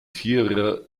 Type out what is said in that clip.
vierer